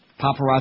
Paparazzi